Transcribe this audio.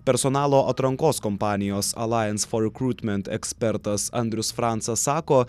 personalo atrankos kompanijos alajens for rekrutment ekspertas andrius francas sako